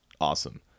awesome